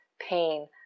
pain